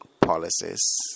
policies